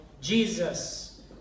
Jesus